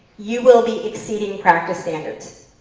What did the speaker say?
you will be exceeding practice standards.